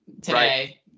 today